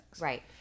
Right